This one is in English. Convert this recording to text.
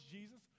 Jesus